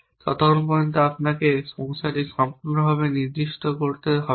ততক্ষণ পর্যন্ত আপনাকে সমস্যাটি সম্পূর্ণরূপে নির্দিষ্ট করতে হবে না